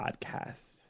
Podcast